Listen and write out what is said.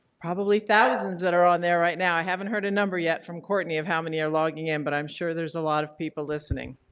probably thousands that are on there right now. i haven't heard a number yet from courtney of how many are logging in but i'm sure there's a lot of people listening.